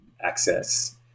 access